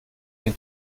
den